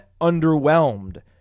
underwhelmed